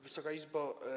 Wysoka Izbo!